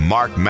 Mark